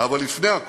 אבל לפני הכול,